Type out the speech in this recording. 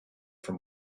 from